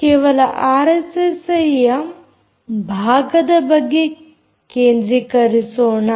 ಕೇವಲ ಆರ್ಎಸ್ಎಸ್ಐ ಭಾಗದ ಬಗ್ಗೆ ಕೇಂದ್ರಿಕರಿಸೋಣ